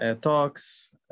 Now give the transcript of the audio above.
talks